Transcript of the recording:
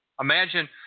Imagine